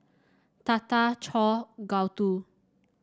Tata Choor Gouthu